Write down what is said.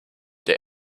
der